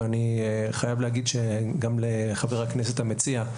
ואני חייב להגיד שגם לחבר הכנסת המציע.